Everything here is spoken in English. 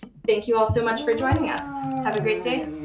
thank you all so much for joining us. have a great day.